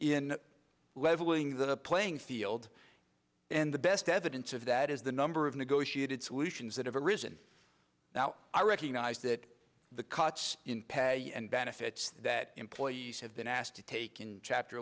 in leveling the playing field and the best evidence of that is the number of negotiated solutions that have arisen now i recognize that the cuts in pay and benefits that employees have been asked to take in chapter